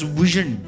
vision